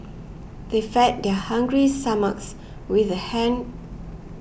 they fed their hungry stomachs with the ham